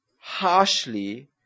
harshly